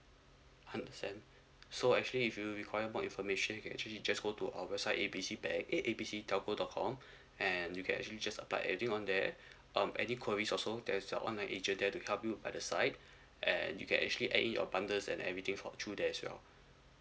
hundred percent so actually if you require more information you can actually just go to our website A B C bank eh A B C telco dot com and you can actually just apply everything on there um any queries also there's an online agent there to help you by the side and you can actually add in your bundles and everything for through there as well